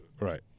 Right